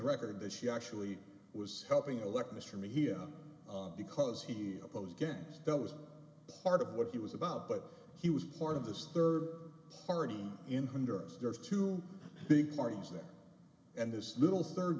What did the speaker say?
record that she actually was helping elect mr me here because he opposed gangs that was part of what he was about but he was part of this third party in hundreds there are two big parties there and this little third